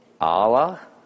Allah